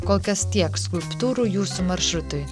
kol kas tiek skulptūrų jūsų maršrutui